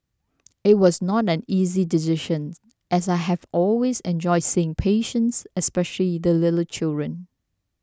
it was not an easy decisions as I have always enjoyed seeing patients especially the little children